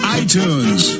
iTunes